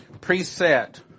preset